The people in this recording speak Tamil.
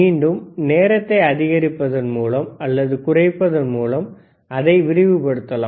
மீண்டும் நேரத்தை அதிகரிப்பதன் மூலம் அல்லது குறைப்பதன் மூலம் அதை விரிவுபடுத்தலாம்